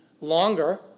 longer